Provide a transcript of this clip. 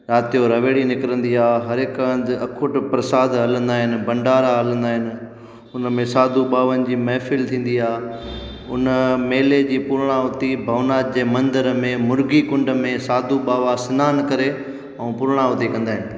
राति जो रवेणी निकिरंदी आहे हर हिकु हंधि अखूट प्रसाद हलंदा आहिनि भंडारा हलंदा आहिनि उन में साधू पावनि जी महफील थींदी आहे उन मेले जी पुर्णावती भवनाथ जे मंदिर में मुर्गी कुंड में साधू बाबा सनानु करे ऐं पुर्णावती कंदा आहिनि